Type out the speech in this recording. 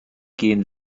gehen